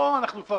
אנחנו כבר